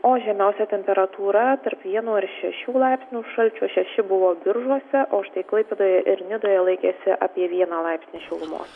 o žemiausia temperatūra tarp vieno ir šešių laipsnių šalčio šeši buvo biržuose o štai klaipėdoje ir nidoje laikėsi apie vieną laipsnį šilumos